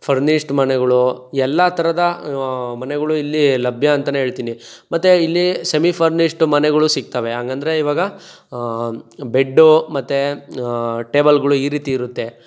furnished ಮನೆಗಳು ಎಲ್ಲ ಥರದ ಮನೆಗಳು ಇಲ್ಲಿ ಲಭ್ಯ ಅಂತ ಹೇಳ್ತಿನಿ ಮತ್ತು ಇಲ್ಲಿ ಸೆಮಿ ಫರ್ನಿಶ್ಟ್ ಮನೆಗಳು ಸಿಗ್ತವೆ ಹಂಗಂದ್ರೆ ಇವಾಗ ಬೆಡ್ಡು ಮತ್ತು ಟೇಬಲ್ಗಳು ಈ ರೀತಿ ಇರುತ್ತೆ